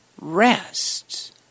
rest